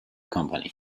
company